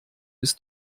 bis